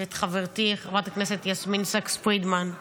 ואת חברתי, חברת הכנסת יסמין סאקס פרידמן.